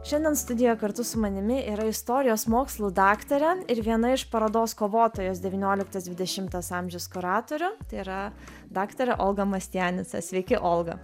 šiandien studijoje kartu su manimi yra istorijos mokslų daktarė ir viena iš parodos kovotojos devynioliktas dvidešimtas amžius kuratorių tai yra daktarė olga mastianica sveiki olga